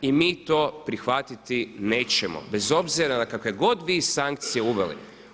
I mi to prihvatiti nećemo bez obzira na kakve god vi sankcije uveli.